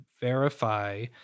verify